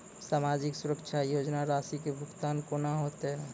समाजिक सुरक्षा योजना राशिक भुगतान कूना हेतै?